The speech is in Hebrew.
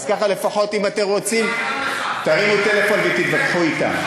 כך לפחות אם אתם רוצים, תרימו טלפון ותתווכחו אתם.